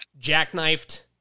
jackknifed